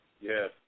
Yes